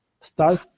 start